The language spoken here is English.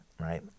right